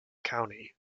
county